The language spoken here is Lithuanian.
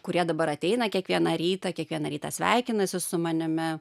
kurie dabar ateina kiekvieną rytą kiekvieną rytą sveikinasi su manimi